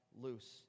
loose